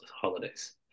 holidays